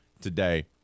today